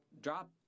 drop